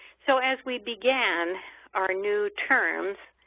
so as we begin our new terms,